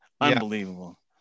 unbelievable